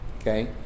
Okay